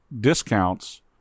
discounts